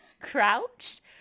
crouch